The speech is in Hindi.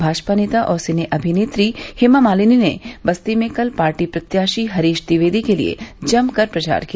भाजपा नेता और सिने अभिनेत्री हेमामालिनी ने बस्ती में कल पार्टी प्रत्याशी हरीश ट्विवेदी के लिये जमकर प्रचार किया